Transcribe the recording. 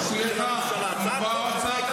כמו של הממשלה.